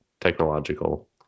technological